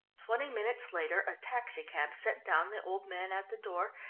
twenty minutes later a taxicab set down the old man at the door,